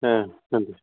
ಹಾಂ ಹಾಂ